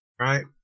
right